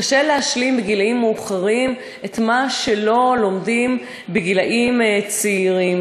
קשה להשלים בגילים מאוחרים את מה שלא לומדים בגילים צעירים.